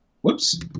whoops